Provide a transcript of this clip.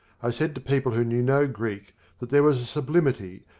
i said to people who knew no greek that there was a sublimity,